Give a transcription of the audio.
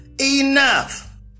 enough